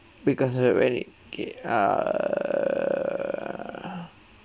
because uh when it okay err